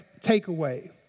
takeaway